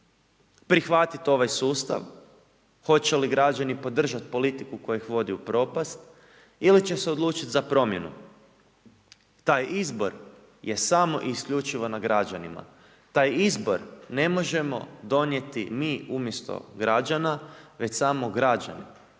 prihvatit ovaj sustav, hoće li građani podržat politiku koja ih vodi u propast ili će se odlučit za promjenu. Taj izbor je samo isključivo na građanima, taj izbor ne možemo donijeti mi umjesto građana već samo građani,